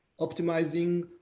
optimizing